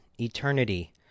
eternity